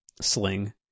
sling